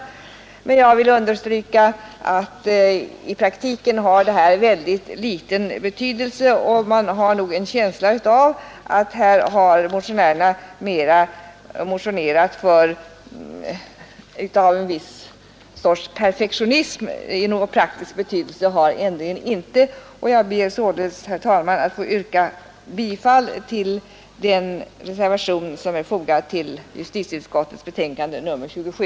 Jag vill understryka att i praktiken har det här väldigt liten betydelse, och man har nog en känsla av att här har motionärerna mera motionerat av en viss sorts perfektionism; någon praktisk betydelse har ändringen inte. Jag ber således, herr talman, att få yrka bifall till den reservation som är fogad vid justitieutskottets betänkande nr 27.